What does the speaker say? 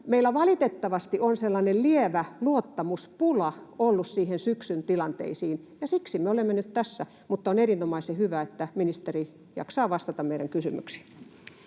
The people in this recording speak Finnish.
meillä valitettavasti on sellainen lievä luottamuspula ollut siinä syksyn tilanteissa, ja siksi me olemme nyt tässä. Mutta on erinomaisen hyvä, että ministeri jaksaa vastata meidän kysymyksiin.